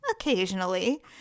Occasionally